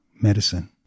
medicine